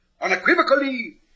unequivocally